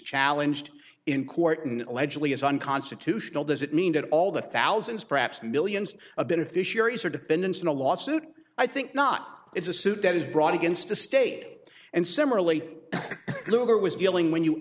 challenged in court and allegedly is unconstitutional does it mean that all the thousands perhaps millions of beneficiaries are defendants in a lawsuit i think not it's a suit that was brought against the state and similarly luger was dealing when you